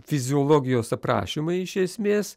fiziologijos aprašymą iš esmės